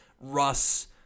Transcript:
Russ